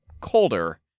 colder